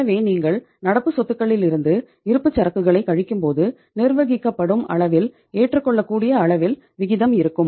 எனவே நீங்கள் நடப்பு சொத்துகளிலிருந்து இருப்புச்சரக்குகளைக் கழிக்கும்போது நிர்வகிக்கப்படும் அளவில் ஏற்றுக்கொள்ளக்கூடிய அளவில் விகிதம் இருக்கும்